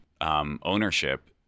Ownership